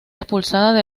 expulsada